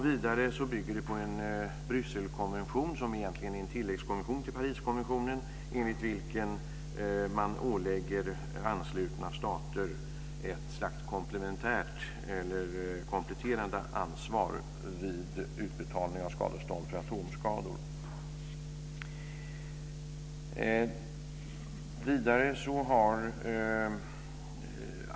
Vidare bygger lagen på Brysselkonventionen, som egentligen är en tilläggskonvention till Pariskonventionen, enligt vilken man ålägger anslutna stater ett slags kompletterande ansvar vid utbetalning av skadestånd för atomskador.